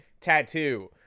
Tattoo